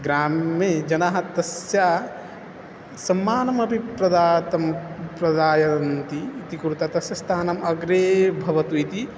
ग्रामे जनः तस्य सम्माननमपि प्रदातुं प्रदापयन्ति इति कृता तस्य स्थानम् अग्रे भवतु इति